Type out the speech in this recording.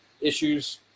issues